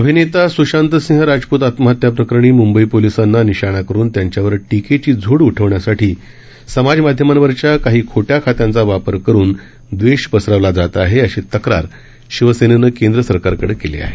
अभिनेता सुशांत सिंह राजपूत आत्महत्या प्रकरणी मुंबई पोलिसांना निशाणा करून त्यांच्यावर टीकेची झो उठवण्यासाठी समाज माध्यमांवरच्या काही खोट्या खात्यांचा वापर करुन दवेष पसरवला जात आहे अशी तक्रार शिवसेनेनं केंद्र सरकारको केली आहे